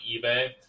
eBay